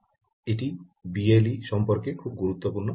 এটি বিএলই সম্পর্কে খুব গুরুত্বপূর্ণ বিষয়